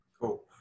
Cool